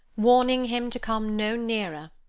warning him to come no nearer.